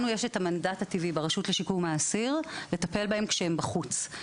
לנו יש המנדט הטבעי ברשות לשיקום האסיר לטפל בהם כשהם בחוץ.